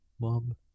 mom